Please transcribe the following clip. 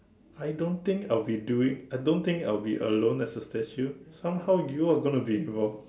I don't think I will be doing I don't think I'll be alone as a statue somehow you are gonna be involved